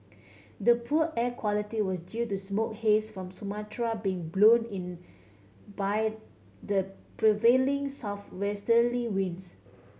the poor air quality was due to smoke haze from Sumatra being blown in by the prevailing southwesterly winds